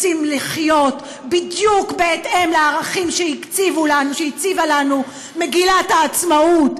רוצים לחיות בדיוק בהתאם לערכים שהציבה לנו מגילת העצמאות.